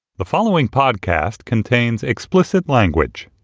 the following podcast contains explicit language